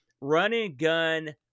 run-and-gun